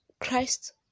christ